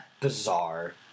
Bizarre